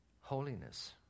holiness